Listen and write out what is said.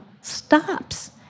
stops